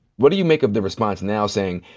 what do you make of the response now, saying,